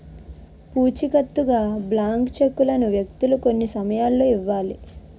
పూచికత్తుగా బ్లాంక్ చెక్కులను వ్యక్తులు కొన్ని సమయాల్లో ఇవ్వాలి